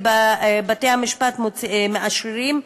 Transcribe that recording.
ובתי-המשפט מאשררים,